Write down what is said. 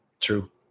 True